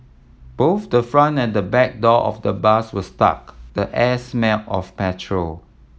both the front and the back door of the bus were stuck the air smelled of petrol